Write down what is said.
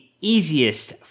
easiest